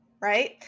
right